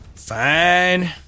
Fine